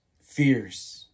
fears